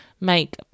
make